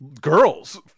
Girls